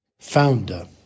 founder